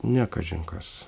ne kažin kas